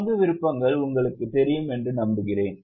பங்கு விருப்பங்கள் உங்களுக்குத் தெரியும் என்று நம்புகிறேன்